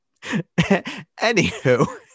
Anywho